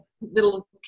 little